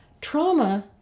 Trauma